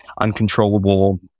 uncontrollable